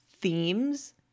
themes